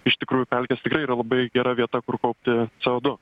iš tikrųjų pelkės tikrai yra labai gera vieta kur kaupti c o du